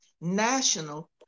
national